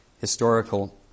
historical